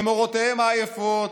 במורותיהם העייפות,